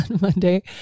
Monday